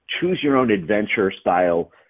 choose-your-own-adventure-style